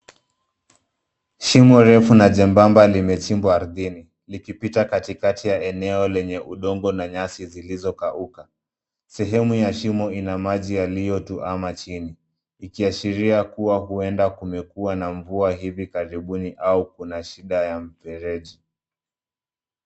Shimo refu na jembamba limechimbwa ardhini likipita katikati ya eneo lenye udongo na nyasi zilizokauka. Sehemu ya shimo ina maji yaliyotuama chini, ikiashiria kuwa huenda kumekuwa na mvua hivi karibuni au kuna shida ya mfereji.